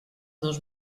dos